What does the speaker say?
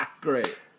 Great